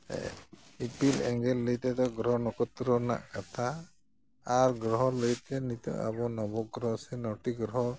ᱦᱮᱸ ᱤᱯᱤᱞ ᱮᱸᱜᱮᱞ ᱞᱟᱹᱭ ᱛᱚᱫᱮ ᱜᱨᱚᱦᱚ ᱱᱚᱠᱷᱚᱛᱨᱚ ᱨᱮᱱᱟᱜ ᱠᱟᱛᱷᱟ ᱟᱨ ᱜᱨᱚᱦᱚ ᱞᱟᱹᱭᱛᱮ ᱱᱤᱛᱳᱜ ᱟᱵᱚ ᱱᱚᱢᱚᱜᱨᱚᱦᱚ ᱥᱮ ᱱᱚᱴᱤ ᱜᱨᱚᱦᱚ